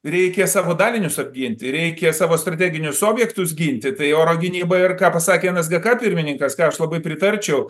reikia savo dalinius apginti reikia savo strateginius objektus ginti tai oro gynyba ir ką pasakė nsgk pirmininkas ką aš labai pritarčiau